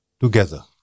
together